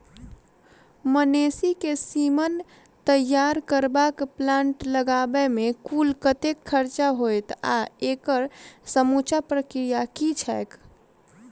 मवेसी केँ सीमन तैयार करबाक प्लांट लगाबै मे कुल कतेक खर्चा हएत आ एकड़ समूचा प्रक्रिया की छैक?